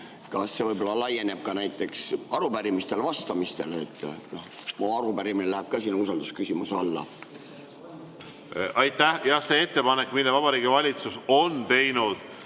Kas see laieneb ka näiteks arupärimistele vastamisele ja minu arupärimine läheb ka sinna usaldusküsimuse alla? Aitäh! Jah, see ettepanek, mille Vabariigi Valitsus on teinud,